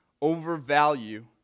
overvalue